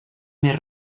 més